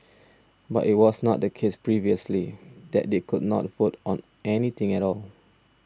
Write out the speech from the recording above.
but it was not the case previously that they could not vote on anything at all